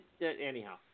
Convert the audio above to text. anyhow